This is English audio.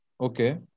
okay